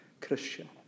Christian